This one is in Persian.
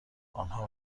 آنها